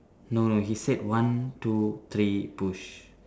no no he said one two three push